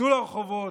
צאו לרחובות,